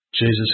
Jesus